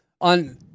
on